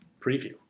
preview